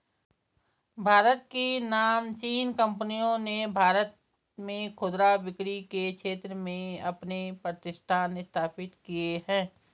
भारत की नामचीन कंपनियों ने भारत में खुदरा बिक्री के क्षेत्र में अपने प्रतिष्ठान स्थापित किए हैं